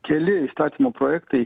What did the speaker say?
keli įstatymų projektai